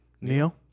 Neil